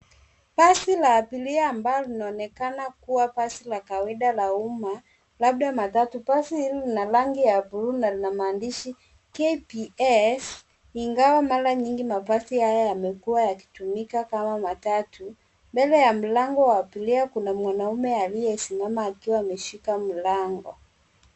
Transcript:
Basi la abiria ambalo linaonekana kuwa basi la kawaida la umma labda matatu. Basi hili lina rangi ya bluu na lina maandishi, KBS,ingawa mara nyingi mabasi haya yamekuwa yakitumika kama matatu. Mbele ya mlango wa abiria kuna mwanaume aliyesimama akiwa ameshika mlango.